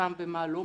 למרשם ומה לא.